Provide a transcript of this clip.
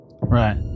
Right